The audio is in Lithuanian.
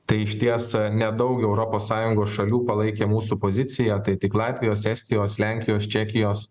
tai išties nedaug europos sąjungos šalių palaikė mūsų poziciją tai tik latvijos estijos lenkijos čekijos